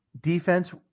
defense